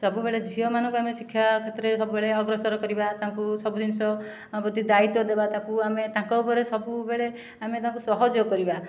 ସବୁବେଳେ ଝିଅମାନଙ୍କୁ ଆମେ ଶିକ୍ଷା କ୍ଷେତ୍ରରେ ସବୁବେଳେ ଅଗ୍ରସର କରିବା ତାଙ୍କୁ ସବୁ ଜିନିଷ ପ୍ରତି ଦାୟିତ୍ଵ ଦେବା ତାକୁ ଆମେ ତାଙ୍କ ଘରେ ସବୁବେଳେ ଆମେ ତାଙ୍କୁ ସହଯୋଗ କରିବା